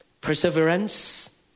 perseverance